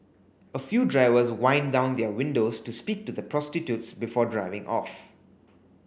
a few drivers wind down their windows to speak to the prostitutes before driving off